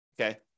okay